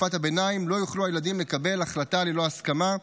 בתקופת הביניים לא יוכלו הילדים לקבל החלטה ללא הסכמה,